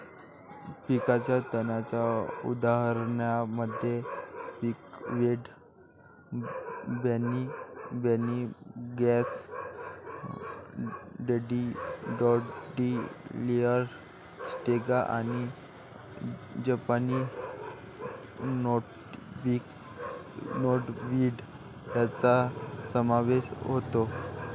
पिकाच्या तणांच्या उदाहरणांमध्ये चिकवीड, बार्नी ग्रास, डँडेलियन, स्ट्रिगा आणि जपानी नॉटवीड यांचा समावेश होतो